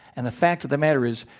and the fact of the matter is,